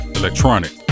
electronic